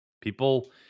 People